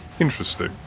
interesting